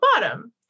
bottom